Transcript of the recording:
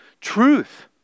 Truth